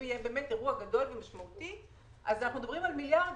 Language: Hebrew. אם יהיה אירוע גדול ומשמעותי אנחנו מדברים על מיליארדים.